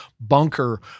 bunker